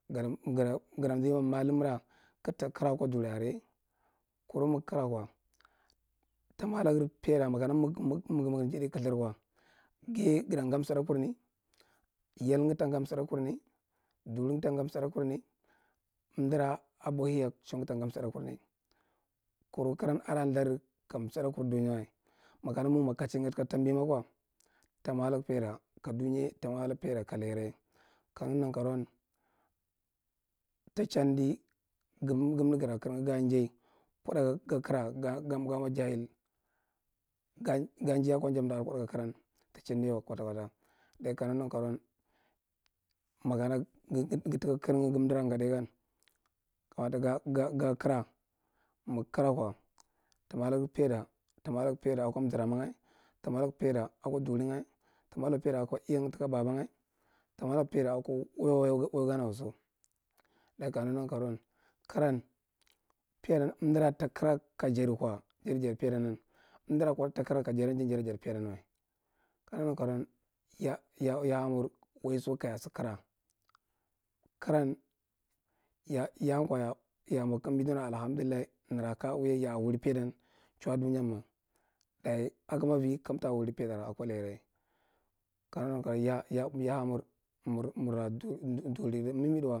Gada gada mzi mwa malumra kigta kara aka duri are ye, kuru mig kara kwa ta mwa lagar paida, wtakana mig- mig- mig njadai kalthir kwa, gaye gada nga msida kurni, yalnga ye ta nag msida kur during ta naga msiɗa kurni, amdara abwahiya shang ta nga msiɗa kurni. Kunu karan aa ihadi ka nga msiɗakur dunyawa, makana ma mwa ka mchinga taka tambi ma kwa, ta mwa lag paida ke dunya, ta mwa lag paida ka laira ye. Ka naga nankaroan ta chandi gamda gamda gata karanga ga njai kuɗa ga- ga- kara ga mwa jahil ga- ga njai akwa nja amda are kuɗa ga karam ta chindi wa kwata kwata. Dayi ka naga nankaro’an, makana ga- gataka karnga amdara nga ɗai gan, kamata ga- ga- ga kara, mig kara kwa ta mwalag paida, ta mwalag paida ake amzaramanga, ta mwalag paida akwa duminga, ta mwalag paida akwa iyang taka babanga, ta mwa lag paida akwa wai- waigama wa so. Ɗayan ka nagd nankaro’an karan, amdara ta kara kajadi kwa jadi jadi paidanan. Amdara kuɗa ta kara kajadan, jada jadi paidan wa ka naga nankaro’an, ya- ya- ya har waiso kaya sa kara. Karan, ya- ya’an kwa yaa mwa mambir danawa’a alahamdullahi, nara kaya uian ya a wuri paidan chu a dunyan ma, dayi akamavi kamatara wari paidara kwa lairan ye, kanagd nankaro, ya ye ha mur mur- mur durira miwid wa….